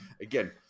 again